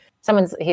someone's